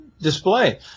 display